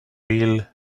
will